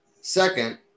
Second